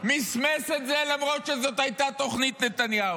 מסמס את זה, למרות שזו הייתה תוכנית נתניהו.